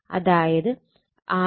അതായത് R2 I22 I22 R2